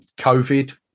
COVID